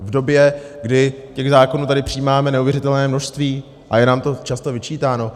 V době, kdy těch zákonů tady přijímáme neuvěřitelné množství a je nám to často vyčítáno?